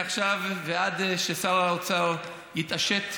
מעכשיו ועד ששר האוצר יתעשת,